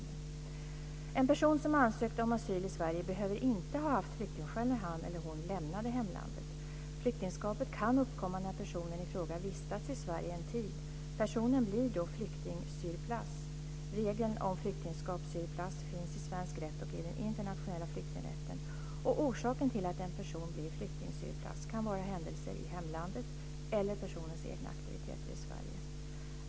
En person som ansökt om asyl i Sverige behöver inte ha haft flyktingskäl när han eller hon lämnade hemlandet. Flyktingskapet kan uppkomma när personen ifråga vistats i Sverige en tid - personen blir då flykting sur place. Regeln om flyktingskap sur place finns i svensk rätt och i den internationella flyktingrätten. Orsaken till att en person blir flykting sur place kan vara händelser i hemlandet eller personens egna aktiviteter i Sverige.